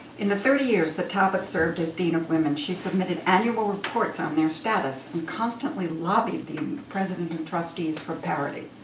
in the thirty years that talbot served as dean of women, she submitted annual reports on their status. and constantly lobbied the president and trustees for parity.